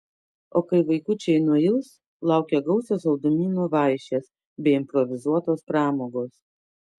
o kai vaikučiai nuils laukia gausios saldumynų vaišės bei improvizuotos pramogos